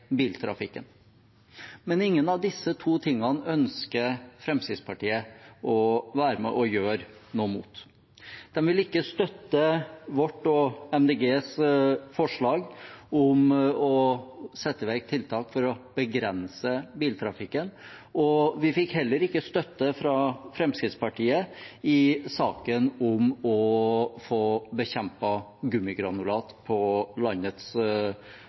biltrafikken. Ingen av disse to tingene ønsker Fremskrittspartiet å være med og gjøre noe med. De vil ikke støtte vårt og Miljøpartiet De Grønnes forslag om å sette i verk tiltak for å begrense biltrafikken, og vi fikk heller ikke støtte fra Fremskrittspartiet i saken om å få bekjempet gummigranulat på landets